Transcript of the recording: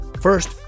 First